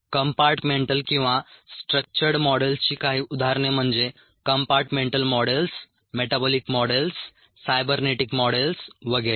compartmental किंवा structured मॉडेल्सची काही उदाहरणे म्हणजे compartmental models metabolic models cybernetic models वगैरे